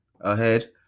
ahead